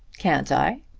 can't i?